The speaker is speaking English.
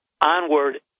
onward